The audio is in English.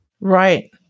right